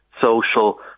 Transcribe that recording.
social